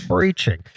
breaching